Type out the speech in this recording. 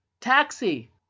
taxi